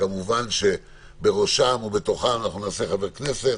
וכמובן שבראשם ובתוכם נשמע לסירוגין חברי כנסת